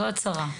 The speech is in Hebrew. זו הצרה,